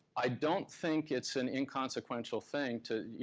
i don't think it's an inconsequential thing to,